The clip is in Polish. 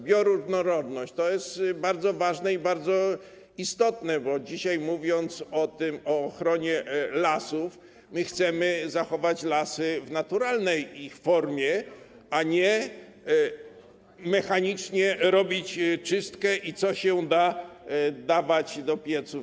Bioróżnorodność, to jest bardzo ważne i bardzo istotne, bo dzisiaj, gdy mówimy o ochronie lasów, to znaczy, że chcemy zachować lasy w naturalnej ich formie, a nie mechanicznie robić czystkę i co się da, to dawać do pieców.